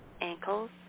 ankles